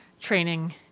training